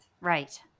Right